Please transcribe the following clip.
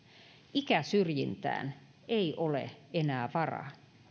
ikäsyrjintään ei ole enää varaa